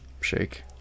Shake